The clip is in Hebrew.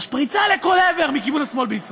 משפריצה לכל עבר, מכיוון השמאל בישראל: